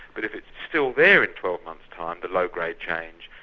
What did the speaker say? but if it's still there in twelve months time the low grade change,